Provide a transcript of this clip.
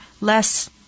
less